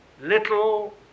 little